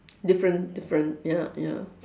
different different ya ya